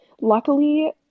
luckily